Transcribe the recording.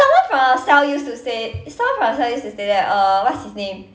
someone from our sem used to stay someone from our sem used to stay there uh what's his name